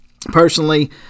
Personally